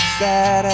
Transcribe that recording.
sad